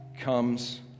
comes